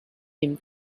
him